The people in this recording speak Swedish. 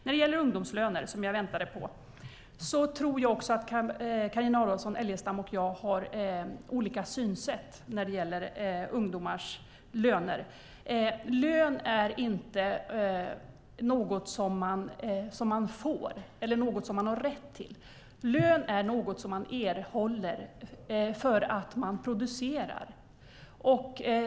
När det gäller ungdomslöner tror jag också att Carina Adolfsson Elgestam och jag har olika synsätt. Lön är inte något som man har rätt till. Lön är något som man erhåller för att man producerar.